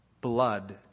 blood